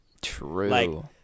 True